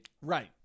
Right